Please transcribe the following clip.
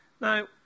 Now